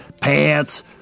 Pants